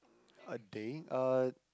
a day uh